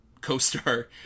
co-star